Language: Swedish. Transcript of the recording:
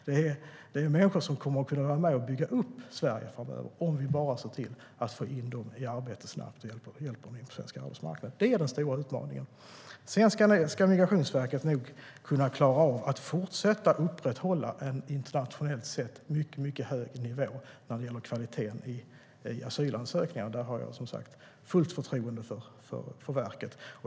Det är människor som kommer att kunna vara med och bygga upp Sverige framöver, om vi bara ser till att få dem i arbete snabbt och hjälper dem in på svensk arbetsmarknad. Det är den stora utmaningen. Migrationsverket ska nog klara av att fortsätta att upprätthålla en internationellt sett mycket hög nivå när det gäller kvaliteten i asylansökningarna. Där har jag fullt förtroende för verket.